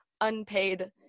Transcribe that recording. unpaid